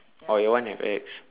oh your one have X